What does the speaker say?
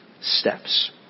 steps